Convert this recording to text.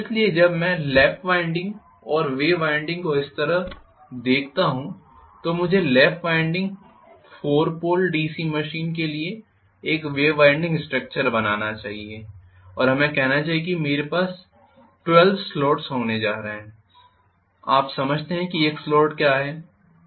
इसलिए जब मैं लैप वाइंडिंग और वेव वाइंडिंग को इस तरह देखता हूं तो मुझे lap wound 4 pole DC machine के लिए एक वाइंडिंग स्ट्रक्चर बनाना चाहिए और हमें कहना चाहिए कि मेरे पास 12 स्लॉट्स होने जा रहे हैं आप समझते हैं कि एक स्लॉट क्या है